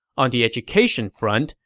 on the education front,